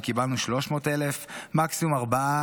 וקיבלנו 300,000. מקסימום 4%,